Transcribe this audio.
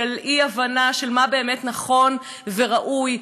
של אי-הבנת מה באמת נכון וראוי.